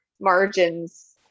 margins